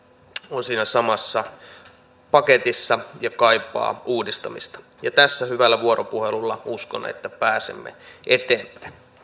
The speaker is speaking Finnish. on siinä samassa paketissa ja kaipaa uudistamista tässä hyvällä vuoropuhelulla uskon että pääsemme eteenpäin